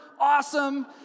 awesome